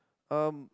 um